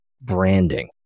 branding